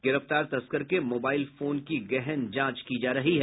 गिरफ्तार तस्कर के मोबाईल फोन की गहन जांच की जा रही है